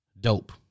Dope